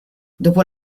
dopo